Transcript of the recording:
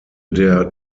der